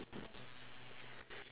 a fridge